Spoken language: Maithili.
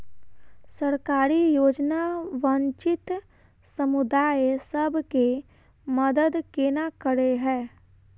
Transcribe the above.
सरकारी योजना वंचित समुदाय सब केँ मदद केना करे है?